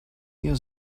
ihr